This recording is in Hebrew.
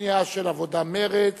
השנייה של העבודה ומרצ